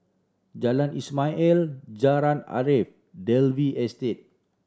Jalan Ismail El Jalan Arif Dalvey Estate